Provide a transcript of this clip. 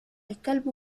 الكلب